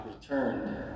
returned